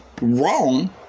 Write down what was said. wrong